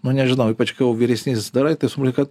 nu nežinau ypač kai jau vyresnysis darai tai supranti kad